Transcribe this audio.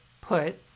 put